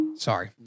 Sorry